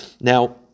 Now